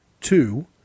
two